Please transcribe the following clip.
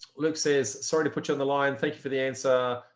luke says sorry to put you on the line. thank you for the answer.